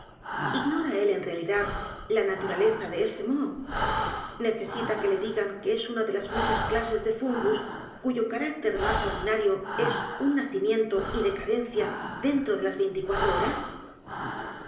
ignora él en realidad la naturaleza de ese moho necesita que le digan que es una de las muchas clases de fungus cuyo carácter más ordinario es u n nacimiento y decadencia dentro de las veinticuatro horas